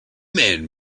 men